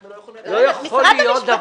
אנחנו לא יכולים --- משרד המשפטים,